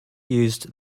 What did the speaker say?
used